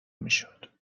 میشد